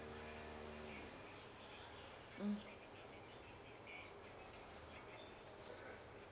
mm